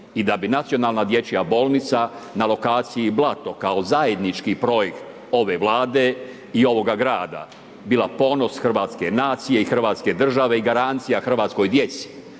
I da bi nacionalna dječja bolnica na lokaciji Blato kao zajednički projekt ove Vlade i ovoga grada bila ponos hrvatske nacije i Hrvatske države i garancija hrvatskoj djeci